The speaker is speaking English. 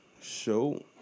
show